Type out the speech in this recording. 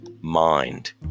mind